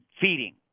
feeding